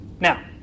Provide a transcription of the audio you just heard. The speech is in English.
now